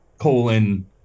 colon